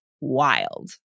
wild